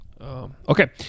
Okay